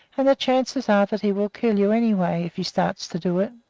and the chances are that he will kill you, anyway, if he starts to do it.